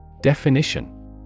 Definition